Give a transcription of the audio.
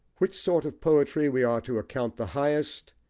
which sort of poetry we are to account the highest,